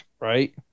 right